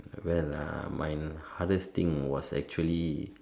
well uh my hardest thing was actually